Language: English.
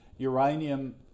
Uranium